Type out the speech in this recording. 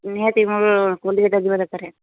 ନିହାତି ମୋର କଲିକତା ଯିବା ଦରକାର